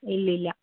ഇല്ലില്ല